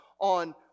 on